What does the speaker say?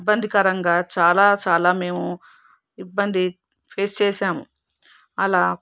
ఇబ్బంది కరంగా చాలా చాలా మేము ఇబ్బంది ఫేస్ చేశాము అలా